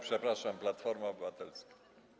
Przepraszam, Platforma Obywatelska.